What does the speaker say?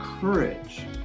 courage